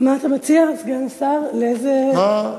מה אתה מציע, סגן השר, לאיזו ועדה?